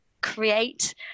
create